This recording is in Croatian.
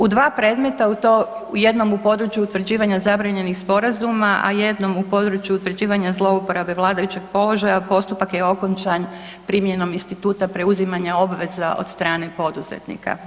U dva predmeta, jednom u području utvrđivanja zabranjenih sporazuma a jednom u području utvrđivanja zlouporabe vladajućeg položaj, postupak je okončan primjenom instituta preuzimanja obveza od strane poduzetnika.